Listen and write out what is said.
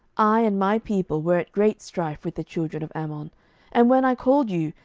i and my people were at great strife with the children of ammon and when i called you,